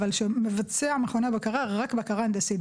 אבל מכוני הבקרה מבצעים רק בקרה הנדסית,